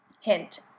Hint